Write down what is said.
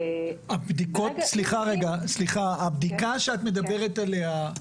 סליחה, הבדיקה שאת מדברת עליה.